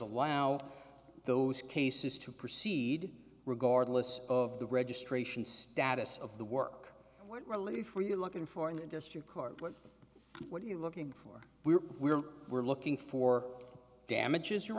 allow those cases to proceed regardless of the registration status of the work what relief are you looking for in a district court what are you looking for we're we're we're looking for damages your